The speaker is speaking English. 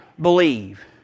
believe